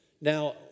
Now